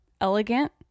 elegant